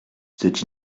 c’est